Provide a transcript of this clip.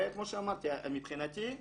כמו שאמרתי, מבחינתי,